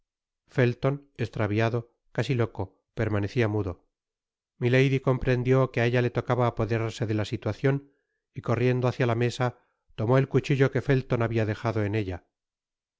felton estraviado casi loco permanecia mudo milady comprendió que á ella le tocaba apoderarse de la situacion y corriendo hácia la mesa tomó el cuchillo que felton habia dejado en ella y